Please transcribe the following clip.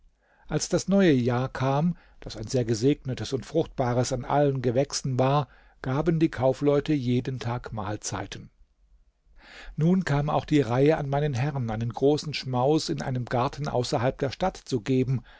als das neue jahr kam das ein sehr gesegnetes und fruchtbares an allen gewächsen war gaben die kaufleute jeden tag mahlzeiten nun kam auch die reihe an meinen herrn einen großen schmaus in einem garten außerhalb der stadt zu geben